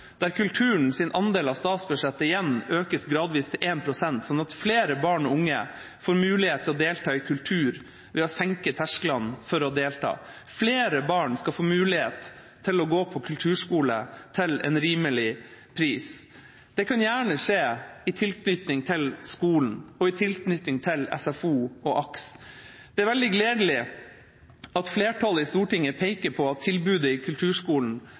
der kulturens andel av statsbudsjettet igjen økes gradvis til 1 pst., slik at flere barn og unge får mulighet til å delta i kultur ved å senke terskelen for å delta. Flere barn skal få mulighet til å gå på kulturskole til en rimelig pris. Det kan gjerne skje i tilknytning til skolen og i tilknytning til SFO og AKS. Det er veldig gledelig at flertallet i Stortinget peker på at tilbudet i kulturskolen